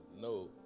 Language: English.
No